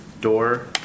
door